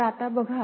तर आता बघा